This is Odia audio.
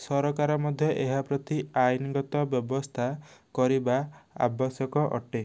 ସରକାର ମଧ୍ୟ ଏହା ପ୍ରତି ଆଇନଗତ ବ୍ୟବସ୍ଥା କରିବା ଆବଶ୍ୟକ ଅଟେ